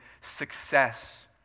success